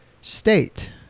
state